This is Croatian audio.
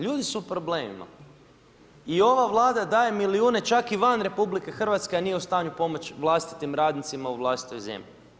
Ljudi su u problemima i ova Vlada daje milijun čak i van RH, a nije u stanju pomoći vlastitim radnicima u vlastitoj zemlji.